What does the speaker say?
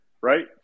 right